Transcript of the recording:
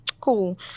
cool